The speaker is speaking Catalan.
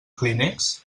clínex